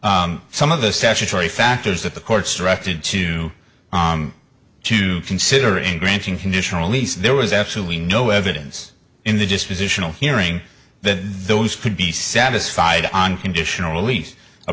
some of the statutory factors that the court's directed to to consider in granting conditional lease there was absolutely no evidence in the dispositional hearing that those could be satisfied unconditional release a